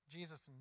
Jesus